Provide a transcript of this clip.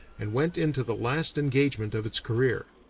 and went into the last engagement of its career.